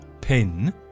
pin